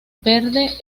verde